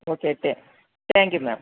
okay தே thank you ma'am